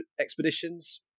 expeditions